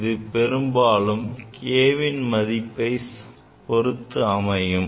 அது பெரும்பாலும் k வின் மதிப்பைப் பொருத்து அமைகிறது